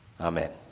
Amen